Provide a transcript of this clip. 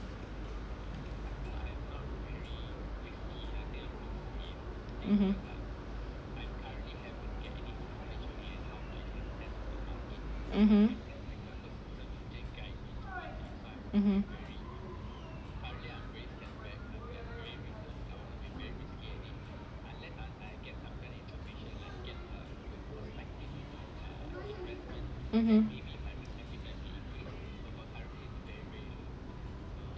mmhmm